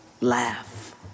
laugh